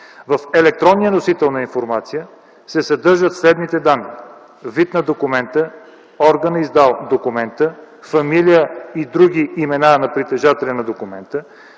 В електронния носител на информация се съдържат следните данни: вид на документа, органът издал документа, фамилия и други имена на притежателя на документа,